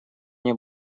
мне